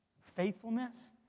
Faithfulness